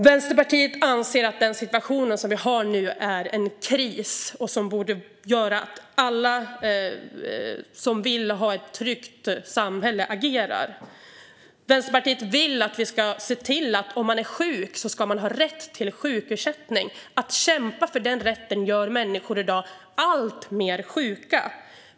Vänsterpartiet anser att den situation som vi har nu är en kris som borde göra att alla som vill ha ett tryggt samhälle agerar. Vänsterpartiet vill att vi ska se till att den som är sjuk har rätt till sjukersättning. Att kämpa för den rätten gör i dag människor alltmer sjuka.